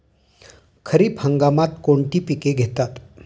खरीप हंगामात कोणती पिके घेतात?